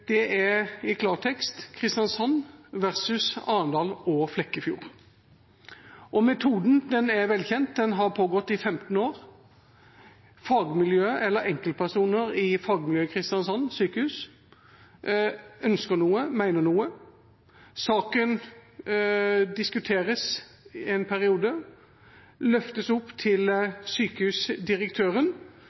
Det er i klartekst Kristiansand versus Arendal og Flekkefjord. Og metoden er velkjent, den har pågått i 15 år: Fagmiljøet eller enkeltpersoner i fagmiljøet ved sykehuset i Kristiansand ønsker noe, mener noe. Saken diskuteres i en periode, løftes opp til